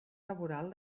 laboral